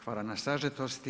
Hvala na sažetosti.